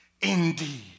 Indeed